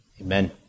Amen